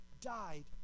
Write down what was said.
died